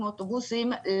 כמו לאוטובוסים,